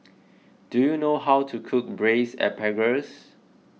do you know how to cook Braised Asparagus